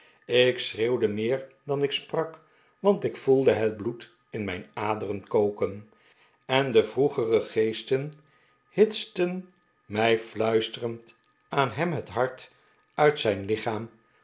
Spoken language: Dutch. ik schreeuwde meer dan ik sprak want ik voelde het bloed in mijn aderen koken en de vroegere geesten hitsten mij fluisterend aan hem het hart uit zijn lichaam